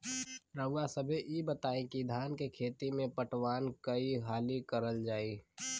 रउवा सभे इ बताईं की धान के खेती में पटवान कई हाली करल जाई?